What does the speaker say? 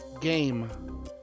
Game